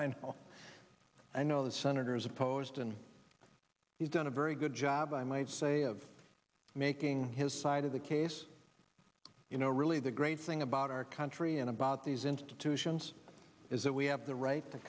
of i know the senators opposed and he's done a very good job i might say of making his side of the case you know really the great thing about our country and about these institutions is that we have the right to